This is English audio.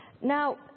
Now